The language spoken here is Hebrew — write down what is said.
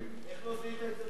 איך לא זיהית את זה ראשון?